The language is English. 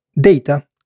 Data